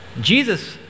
Jesus